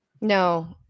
No